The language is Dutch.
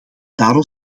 daarom